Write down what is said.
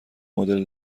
مدل